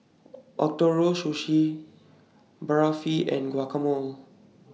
Ootoro Sushi Barfi and Guacamole